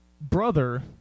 brother